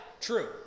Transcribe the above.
true